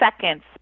seconds